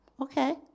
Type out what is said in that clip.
Okay